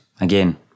again